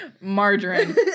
Margarine